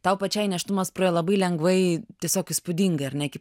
tau pačiai nėštumas praėjo labai lengvai tiesiog įspūdingai ar ne